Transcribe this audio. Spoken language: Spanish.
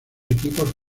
equipos